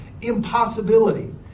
impossibility